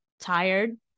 tired